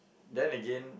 then again